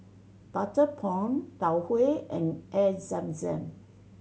butter prawn Tau Huay and Air Zam Zam